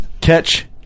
catch